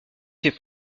fait